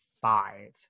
five